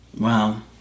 Wow